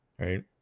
right